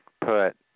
put